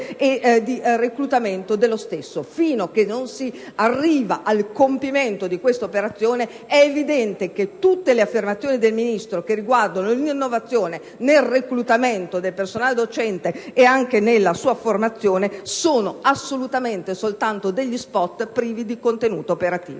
e di reclutamento dello stesso. Finché non si arriva al compimento di questa operazione, è evidente che tutte le affermazioni del Ministro che riguardano l'innovazione nel reclutamento del personale docente e nella sua formazione sono soltanto degli *spot* privi di contenuto operativo.